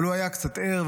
אבל הוא היה קצת ער,